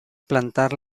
plantar